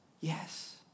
yes